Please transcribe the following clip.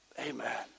Amen